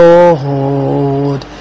Lord